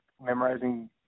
memorizing